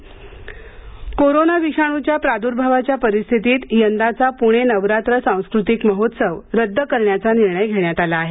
नवरात्रोत्सव corona विषाणूच्या प्रादूर्भावाच्या परिस्थितीत यंदाचा पुणे नवरात्र सांस्कृतिक महोत्सव रद्द करण्याचा निर्णय घेण्यात आलेला आहे